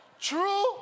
True